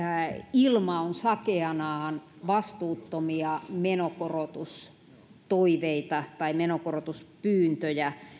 ilma on sakeanaan vastuuttomia menokorotustoiveita tai menokorotuspyyntöjä